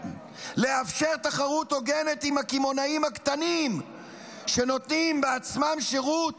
לאפשר תחרות הוגנת עם הקמעונאים הקטנים שנותנים בעצמם שירות